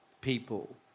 people